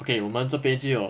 okay 我们这边就有